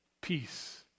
peace